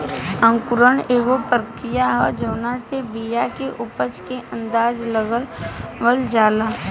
अंकुरण एगो प्रक्रिया ह जावना से बिया के उपज के अंदाज़ा लगावल जाला